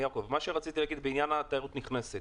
בעניין התיירות הנכנסת.